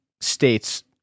states